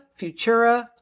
Futura